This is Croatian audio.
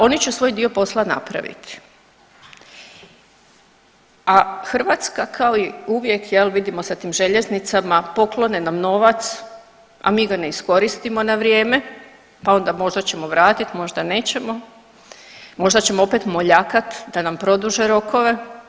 Oni će svoj dio posla napraviti, a Hrvatska kao i uvijek, jel' vidimo sa tim željeznicama poklone nam novac, a mi ga ne iskoristimo na vrijeme, pa onda možda ćemo vratiti, možda nećemo, možda ćemo opet moljakat da nam produže rokove.